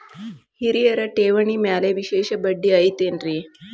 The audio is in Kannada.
ಹಿರಿಯರ ಠೇವಣಿ ಮ್ಯಾಲೆ ವಿಶೇಷ ಬಡ್ಡಿ ಐತೇನ್ರಿ?